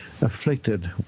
afflicted